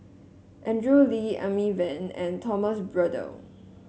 Andrew Lee Amy Van and Thomas Braddell